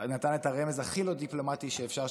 נתן את הרמז הכי לא דיפלומטי שאפשר,